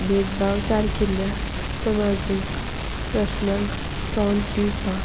भेदभाव सारकिल्ल्या समाजीक प्रश्नांक तोंड दिवपाक